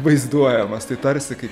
vaizduojamas tai tarsi kai